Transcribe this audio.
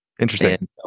Interesting